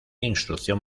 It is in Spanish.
instrucción